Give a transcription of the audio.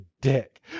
dick